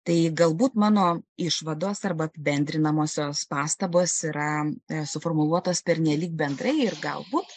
tai galbūt mano išvados arba apibendrinamosios pastabos yra suformuluotos pernelyg bendrai ir galbūt